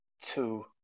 two